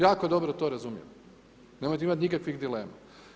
Jako dobro to razumijem, ne morate imati nikakvih dilema.